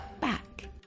back